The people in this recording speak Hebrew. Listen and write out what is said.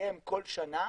BCM כל שנה,